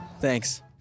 Thanks